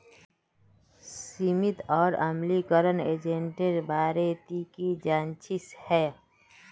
सीमित और अम्लीकरण एजेंटेर बारे ती की जानछीस हैय